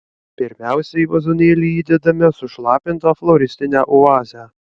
pirmiausia į vazonėlį įdedame sušlapintą floristinę oazę